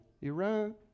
Iran